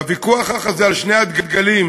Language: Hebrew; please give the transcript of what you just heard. בוויכוח הזה על שני הדגלים,